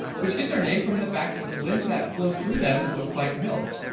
which get their name from the fact that the lymph that flows through them looks like milk.